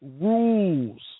rules